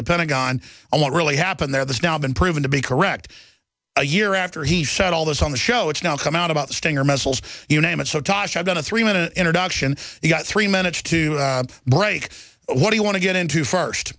the pentagon i want really happened there this now been proven to be correct a year after he said all this on the show it's now come out about the stinger missiles you name it so tosh i've got a three minute introduction you've got three minutes to break what do you want to get into first